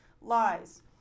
lies